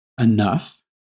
enough